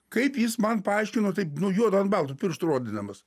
kaip jis man paaiškino taip nu juoda an balto pirštu rodydamas